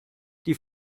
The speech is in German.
die